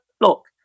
Look